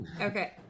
Okay